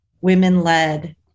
women-led